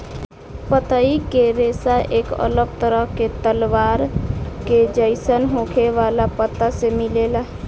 पतई के रेशा एक अलग तरह के तलवार के जइसन होखे वाला पत्ता से मिलेला